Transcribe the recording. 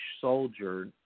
soldier